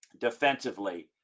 defensively